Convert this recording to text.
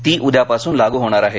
ती उद्यापासून लागू होणार आहे